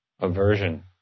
aversion